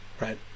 Right